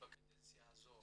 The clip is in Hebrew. בקדנציה הזו